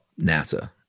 NASA